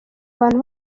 abantu